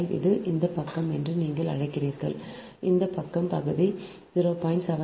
5 இது இந்த பக்கம் என்று நீங்கள் அழைக்கிறீர்கள் இந்த பக்கம் இந்த பகுதி 0